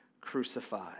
crucified